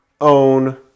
own